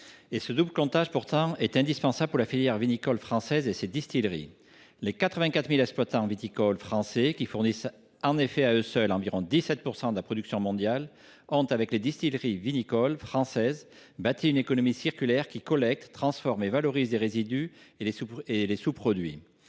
Celui ci est pourtant indispensable pour la filière vinicole française et ses distilleries. Les 84 000 exploitants viticoles français, qui fournissent à eux seuls environ 17 % de la production mondiale, ont bâti, avec les distilleries vinicoles françaises, une économie circulaire qui collecte, transforme et valorise les résidus et les sous produits